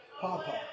Papa